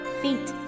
feet